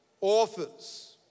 authors